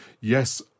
yes